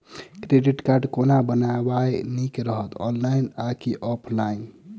Credit card कोना बनेनाय नीक रहत? ऑनलाइन आ की ऑफलाइन?